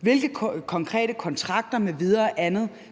Hvilke konkrete kontrakter m.v.